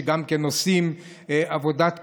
שגם כן עושים עבודת קודש.